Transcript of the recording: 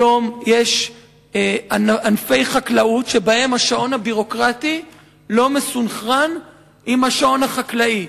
היום יש ענפי חקלאות שבהם השעון הביורוקרטי לא מסונכרן עם השעון החקלאי.